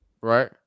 right